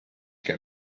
can